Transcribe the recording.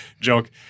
joke